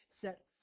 set